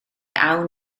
awn